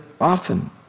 often